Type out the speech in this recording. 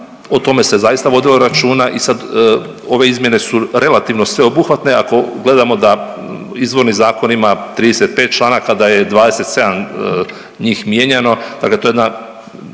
o tome se zaista vodilo računa i sad, ove izmjene su relativno sveobuhvatne ako gledamo da izvorni zakon ima 35 članaka, da je 27 njih mijenjano, dakle to je jedna